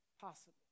possible